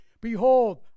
Behold